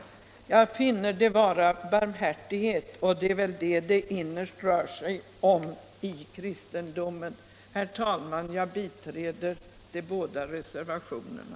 Jag finner det alternativet vara ett uttryck för barmhärtighet, och det är väl det som det innerst inne rör sig om i kristendomen. Herr talman! Jag biträder de båda reservationerna.